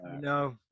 no